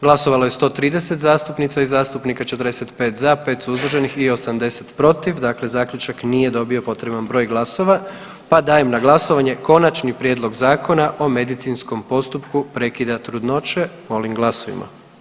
Glasovalo je 130 zastupnica i zastupnika, 45 za, 5 suzdržanih i 80 protiv, dakle zaključak nije dobio potreban broj glasova, pa dajem na glasovanje Konačni prijedlog Zakona o medicinskom postupku prekida trudnoće, molim glasujmo.